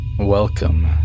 Welcome